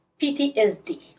PTSD